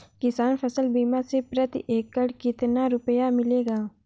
किसान फसल बीमा से प्रति एकड़ कितना रुपया मिलेगा?